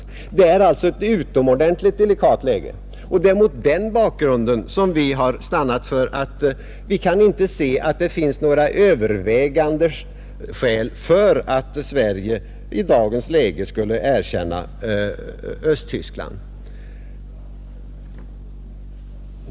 Det är alltså ett utomordentligt delikat läge. Det är mot den bakgrunden vi inte kan se att det finns några övervägande skäl för att Sverige i dagens läge skulle erkänna Östtyskland.